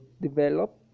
develop